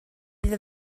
iddo